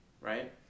right